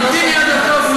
תמתיני עד הסוף,